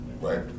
Right